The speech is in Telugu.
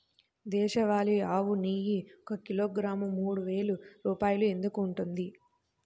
దేశవాళీ ఆవు నెయ్యి ఒక కిలోగ్రాము మూడు వేలు రూపాయలు ఎందుకు ఉంటుంది?